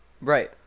Right